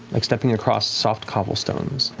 like stepping across soft cobblestones